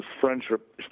friendship